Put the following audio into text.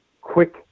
quick